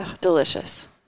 Delicious